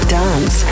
dance